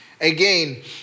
Again